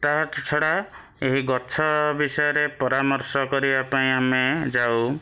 ତା' ଛଡ଼ା ଏହି ଗଛ ବିଷୟରେ ପରାମର୍ଶ କରିବା ପାଇଁ ଆମେ ଯାଉ